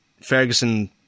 Ferguson